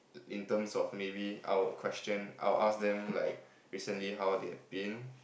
in terms of maybe I'll question I will ask them like recently how they've been